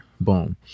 Boom